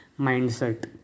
mindset